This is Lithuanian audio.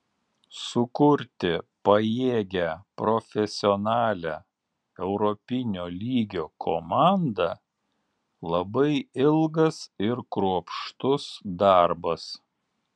sukurti pajėgią profesionalią europinio lygio komandą labai ilgas ir kruopštus darbas